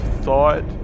thought